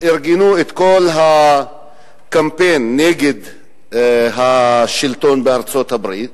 ארגנו את כל הקמפיין נגד השלטון בארצות-הברית.